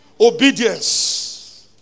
Obedience